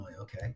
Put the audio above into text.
okay